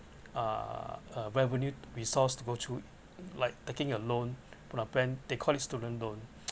err a revenue resource to go through like taking a loan but a plan they called it student loan